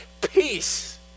peace